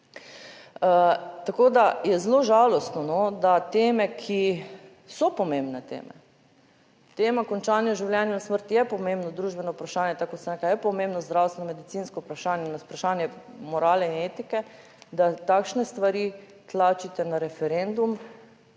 Tako, da je zelo žalostno, da teme, ki so pomembne teme, tema končanja življenja in smrti je pomembno družbeno vprašanje, tako kot sem rekla, je pomembno zdravstveno, medicinsko vprašanje in vprašanje morale in etike, da takšne stvari tlačite na referendum